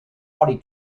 holly